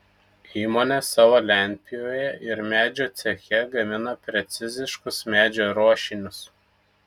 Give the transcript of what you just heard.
įmonė savo lentpjūvėje ir medžio ceche gamina preciziškus medžio ruošinius